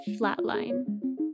Flatline